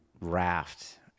raft